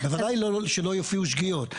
בוודאי שלא יופיעו שגיאות.